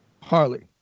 Harley